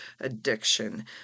addiction